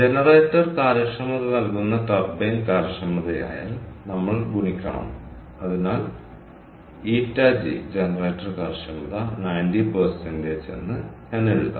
generator കാര്യക്ഷമത നൽകുന്ന turbine കാര്യക്ഷമതയാൽ നമ്മൾ ഗുണിക്കണം അതിൽ ƞg ജനറേറ്റർ കാര്യക്ഷമത 90 എന്ന് ഞാൻ എഴുതാം